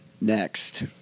next